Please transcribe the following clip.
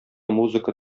музыка